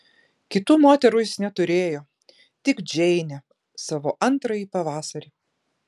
kitų moterų jis neturėjo tik džeinę savo antrąjį pavasarį